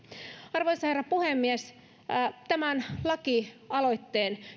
arvoisa herra puhemies tämän lakialoitteen